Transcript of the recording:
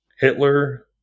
Hitler